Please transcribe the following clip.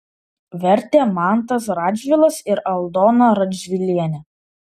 vertė mantas radžvilas ir aldona radžvilienė